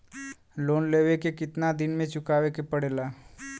Loan लेवे के कितना दिन मे चुकावे के पड़ेला?